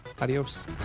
Adios